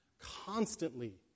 constantly